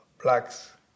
blacks